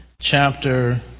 chapter